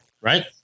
right